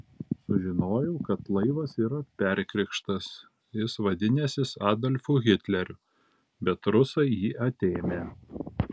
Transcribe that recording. sužinojau kad laivas yra perkrikštas jis vadinęsis adolfu hitleriu bet rusai jį atėmę